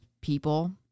people